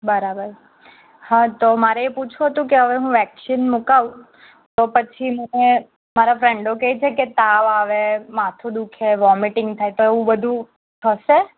બરાબર હા તો મારે એ પુછવું હતું કે હવે હું વેકશિન મુકાવું તો પછી મને મારા ફ્રેન્ડો કહે છે કે તાવ આવે માથું દુઃખે વોમિટિંગ થાય તો એવું બધું થશે